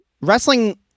wrestling